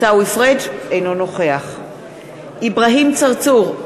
אינו נוכח אברהים צרצור,